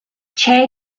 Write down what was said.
che